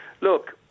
Look